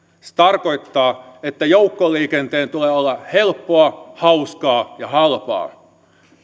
se tarkoittaa että joukkoliikenteen tulee olla helppoa hauskaa ja halpaa